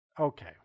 Okay